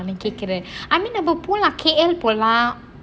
கேட்குரேன் ஆனா நம்ப போலாம்:kutkuraen avana namba polaam K_L போலாமா:polama